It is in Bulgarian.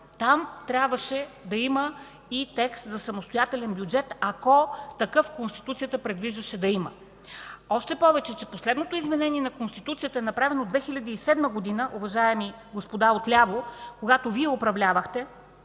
трябваше да има и текст за самостоятелен бюджет, ако Конституцията предвиждаше да има такъв. Още повече че последното изменение на Конституцията е направено 2007 г., уважаеми господа от ляво, когато Вие управлявахте.